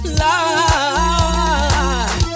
life